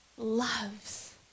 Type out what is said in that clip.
loves